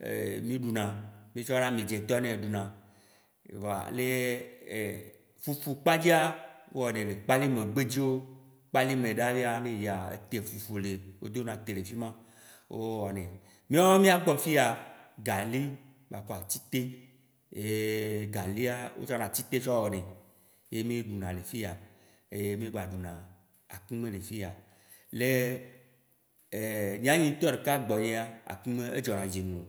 miɖuna, mitsɔna amidzĩ tɔ nɛ ɖuna. Voa le fufu kpa dzia, wo wɔ nɛ le kpalime gbe dziwo. Kpalime ɖaa fia ne eyia, ete fufu le, wo dona ete le fima, wo wɔ nɛ. Miɔ mia gbɔ fiya, gali, kpaku atite, ye galia otsɔna atite tsɔ wɔ nɛ, ye mi ɖu na le fiya. Eye mi gba ɖuna akumɛ le fiya, le nyea nye ŋtɔ ɖeka gbɔnyea, akumɛ edzɔ na dzi num loo.